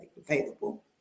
available